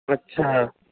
ਅੱਛਾ